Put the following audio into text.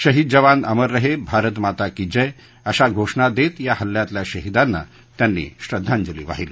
शहीद जवान अमर रहे भारत माता की जय अशा घोषणा देत या हल्यातल्या शहीदांना त्यांनी श्रद्वांजली वाहिली